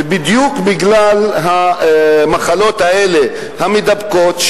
ובדיוק בגלל המחלות האלה המידבקות,